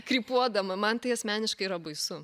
krypuodama man tai asmeniškai yra baisu